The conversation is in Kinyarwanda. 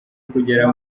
kugera